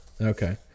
Okay